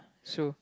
so